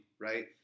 right